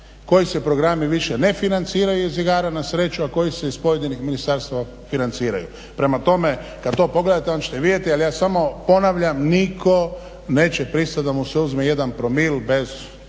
koji se programi više ne financiraju iz igara na sreću, a koji se iz pojedinih ministarstva financiraju. Prema tome, kad to pogledate onda ćete vidjeti, ali ja samo ponavljam niko neće pristat da mu se uzme 1 promil bez